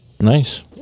Nice